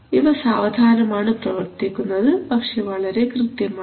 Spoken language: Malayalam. ഇവ സാവധാനമാണ് പ്രവർത്തിക്കുന്നത് പക്ഷെ വളരെ കൃത്യമാണ്